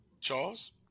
Charles